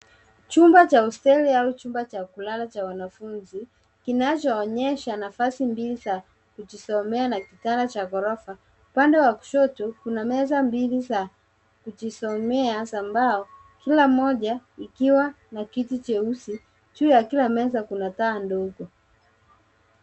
Chumba cha hosteli au chumba cha kulala cha wanafunzi kinachoonyesha nafasi mbili za kujisomea na kitanda cha ghorofa. Upande wa kushoto kuna meza mbili za kujisomea za mbao, kila moja ikiwa na kiti cheusi. Juu ya kila meza kuna taa ndogo.